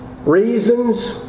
reasons